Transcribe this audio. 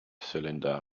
cylinder